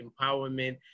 empowerment